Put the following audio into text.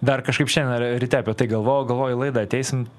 dar kažkaip šiandien ryte apie tai galvojau galvojau į laidą ateisim